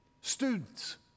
Students